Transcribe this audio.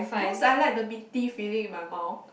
cause I like the minty feeling in my mouth